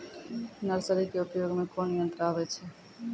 Nursery के उपयोग मे कोन यंत्र आबै छै?